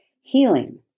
healing